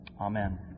Amen